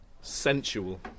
sensual